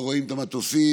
לא רואים את המטוסים,